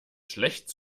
schlecht